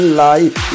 life